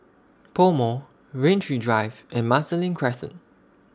Pomo Rain Tree Drive and Marsiling Crescent